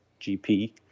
gp